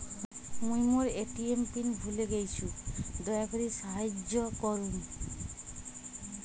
মুই মোর ATM PIN ভুলে গেইসু, দয়া করি সাহাইয্য করুন